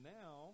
now